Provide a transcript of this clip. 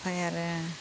ओमफ्राय आरो